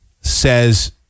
says